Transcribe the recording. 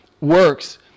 works